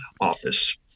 office